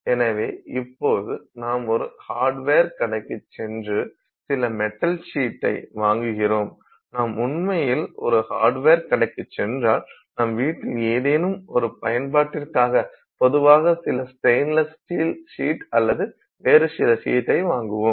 எனவே இப்போது நாம் ஒரு ஹாட்வர் கடைக்குச் சென்று சில மெட்டல் ஷீட்டை வாங்குகிறோம் நாம் உண்மையில் ஒரு ஹாட்வர் கடைக்குச் சென்றால் நம் வீட்டிற்கு ஏதேனும் ஒரு பயன்பாட்டிற்காக பொதுவாக சில ஸ்டேய்ன்லஸ் ஸ்டீல் ஷீட் அல்லது வேறு சில ஷீட்டை வாங்குவோம்